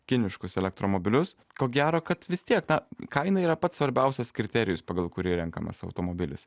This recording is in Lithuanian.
kiniškus elektromobilius ko gero kad vis tiek na kaina yra pats svarbiausias kriterijus pagal kurį renkamas automobilis